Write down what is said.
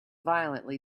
violently